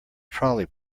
trolley